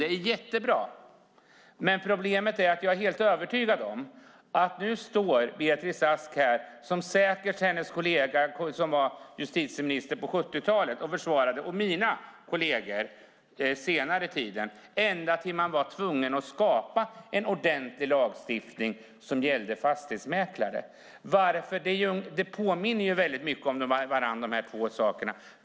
Det är jättebra, men problemet är att jag är helt övertygad om att nu står Beatrice Ask här och försvarar detta, på samma sätt som hennes kollega som var justitieminister på 70-talet och mina kolleger senare i tiden säkert gjorde ända tills man var tvungen att skapa en ordentlig lagstiftning som gällde fastighetsmäklare. De här två sakerna påminner väldigt mycket om varandra.